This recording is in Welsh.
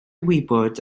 wybod